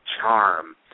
charm